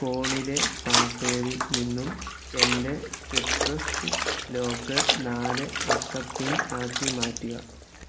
ഫോണിലെ പാസ്വേഡിൽ നിന്നും എൻ്റെ സിട്രസ് ലോക്ക് നാല് അക്ക പിൻ ആക്കി മാറ്റുക